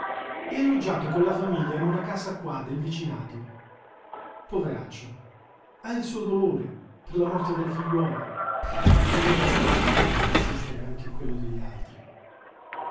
è alloggiato con la famiglia in una casa qua del vicinato poveraccio ha il suo dolore per la morte del figliuolo non gli è bastato l'animo d'assistere anche a quello degli altri